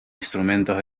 instrumentos